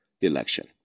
election